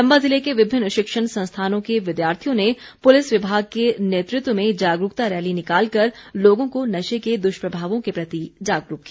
चम्बा ज़िले के विभिन्न शिक्षण संस्थानों के विद्यार्थियों ने पुलिस विभाग के नेतृत्व में जागरूकता रैली निकाल कर लोगों को नशे के दुष्प्रभावों के प्रति जागरूक किया